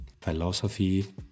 philosophy